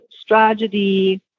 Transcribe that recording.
strategy